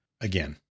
again